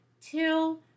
till